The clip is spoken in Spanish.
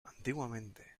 antiguamente